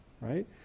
right